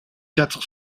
quatre